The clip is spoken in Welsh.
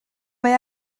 mae